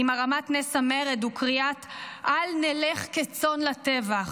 עם הרמת נס המרד וקריאת "אל נלך כצאן לטבח",